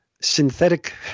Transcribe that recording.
synthetic